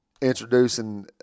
introducing